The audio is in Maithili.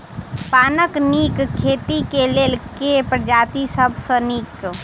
पानक नीक खेती केँ लेल केँ प्रजाति सब सऽ नीक?